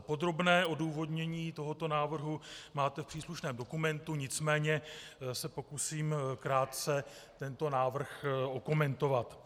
Podrobné odůvodnění tohoto návrhu máte v příslušném dokumentu, nicméně se pokusím krátce tento návrh okomentovat.